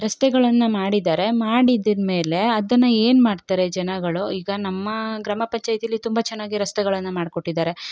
ರಸ್ತೆಗಳನ್ನು ಮಾಡಿದ್ದಾರೆ ಮಾಡಿದ್ ಮೇಲೆ ಅದನ್ನು ಏನು ಮಾಡ್ತಾರೆ ಜನಗಳು ಈಗ ನಮ್ಮ ಗ್ರಾಮ ಪಂಚಾಯಿತಿಲಿ ತುಂಬ ಚೆನ್ನಾಗಿ ರಸ್ತೆಗಳನ್ನು ಮಾಡ್ಕೊಟ್ಟಿದ್ದಾರೆ